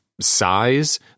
size